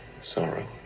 sorrow